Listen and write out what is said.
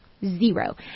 zero